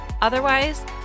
Otherwise